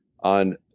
on